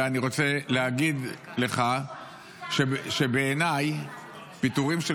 ואני רוצה להגיד לך שבעיניי פיטורין של